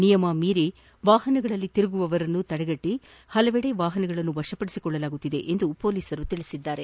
ನಿಯಮ ಮೀರಿ ವಾಹನಗಳಲ್ಲಿ ತಿರುಗುವವರನ್ನು ತಡೆಗಟ್ಟ ಹಲವೆಡೆ ವಾಹನಗಳನ್ನು ವಶಪಡಿಸಿಕೊಳ್ಳಲಾಗುತ್ತಿದೆ ಎಂದು ಪೊಲೀಸರು ತಿಳಿಸಿದ್ದಾರೆ